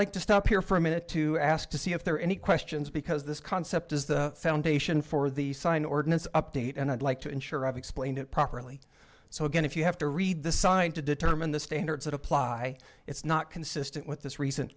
like to stop here for a minute to ask to see if there are any questions because this concept is the foundation for the sign ordinance update and i'd like to ensure i've explained it properly so again if you have to read the sign to determine the standards that apply it's not consistent with this recent